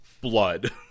blood